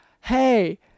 Hey